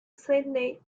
sydney